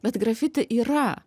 bet grafiti yra